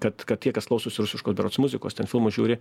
kad kad tie kas klausosi rusiškos berods muzikos ten filmus žiūri